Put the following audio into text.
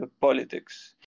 politics